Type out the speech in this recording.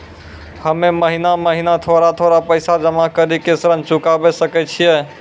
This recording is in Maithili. हम्मे महीना महीना थोड़ा थोड़ा पैसा जमा कड़ी के ऋण चुकाबै सकय छियै?